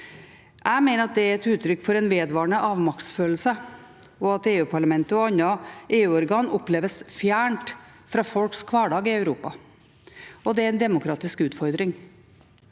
Jeg mener at det er et uttrykk for en vedvarende avmaktsfølelse og for at Europaparlamentet og andre EU-organ oppleves fjernt fra folks hverdag i Europa, og det er en demokratisk utfordring.